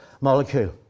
molecule